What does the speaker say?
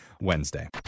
Wednesday